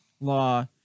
law